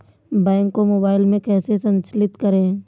Bank को mobile में कैसे संचालित करें?